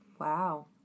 Wow